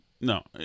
no